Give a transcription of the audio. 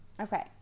Okay